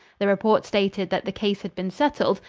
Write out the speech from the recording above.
the report stated that the case had been settled,